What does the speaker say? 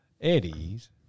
Eddie's